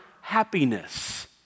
happiness